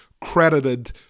credited